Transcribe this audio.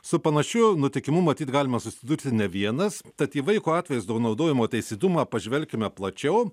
su panašiu nutikimu matyt galime susidurti ne vienas tad į vaiko atvaizdo naudojimo teisėtumą pažvelkime plačiau